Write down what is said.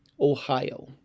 Ohio